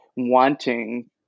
wanting